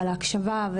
ועל ההקשבה,